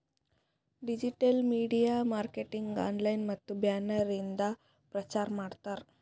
digital media marketing online ಮತ್ತ banner ಇಂದ ಪ್ರಚಾರ್ ಮಾಡ್ತಾರ್